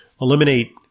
eliminate